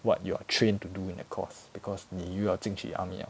what you are trained to do in the course because 你又要进去 army 了